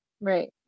Right